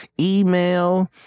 email